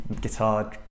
guitar